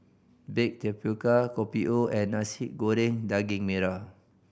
baked tapioca Kopi O and Nasi Goreng Daging Merah